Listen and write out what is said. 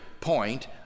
point